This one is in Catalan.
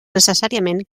necessàriament